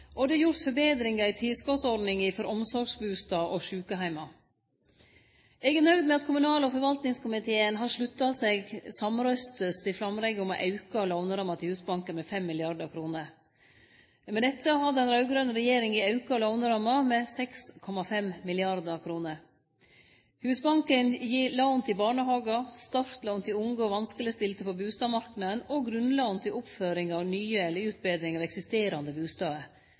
er nøgd med at kommunal- og forvaltingskomiteen har slutta seg samrøystes til framlegget om å auke låneramma til Husbanken med 5 mrd. kr. Med dette har den raud-grøne regjeringa auka låneramma med 6,5 mrd. kr. Husbanken gir lån til barnehagar, startlån til unge og vanskelegstilte på bustadmarknaden og grunnlån til oppføring av nye eller utbetring av eksisterande bustader.